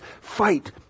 fight